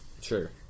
sure